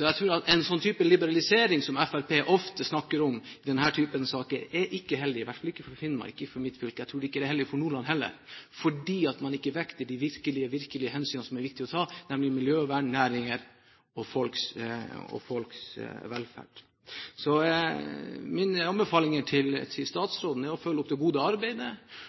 Jeg tror at den liberalisering som Fremskrittspartiet ofte snakker om i denne typen saker, ikke er heldig, i hvert fall ikke for Finnmark, mitt fylke. Jeg tror ikke det er heldig for Nordland heller, fordi man ikke vekter de hensynene som det er viktig å ta, nemlig miljøvern, næringer og folks velferd. Mine anbefalinger til statsråden er å følge opp det gode arbeidet.